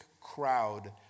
crowd